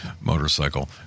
motorcycle